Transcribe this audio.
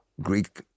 Greek